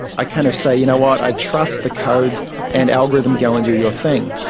i kind of say, you know what? i trust the code and algorithm, go and do your thing.